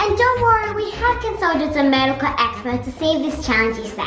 um don't worry, we have consulted some medical experts to see if this challenge is